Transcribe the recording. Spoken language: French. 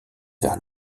vers